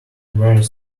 were